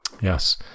Yes